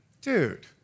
dude